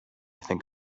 think